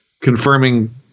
confirming